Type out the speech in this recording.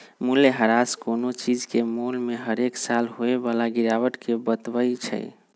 मूल्यह्रास कोनो चीज के मोल में हरेक साल होय बला गिरावट के बतबइ छइ